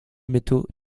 métaux